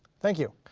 thank you.